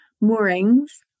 moorings